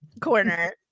corner